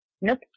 Nope